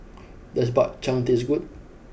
does Bak Chang taste good